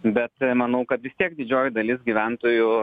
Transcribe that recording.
bet manau kad tiek didžioji dalis gyventojų